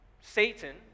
Satan